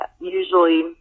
usually